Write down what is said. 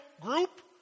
group